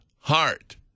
heart